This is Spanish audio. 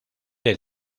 del